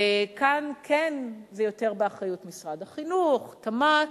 וכאן כן, זה יותר באחריות משרד החינוך, תמ"ת.